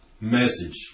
message